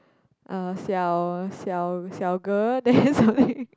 uh 小小小 girl then something